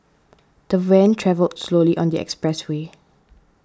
the van travelled slowly on the expressway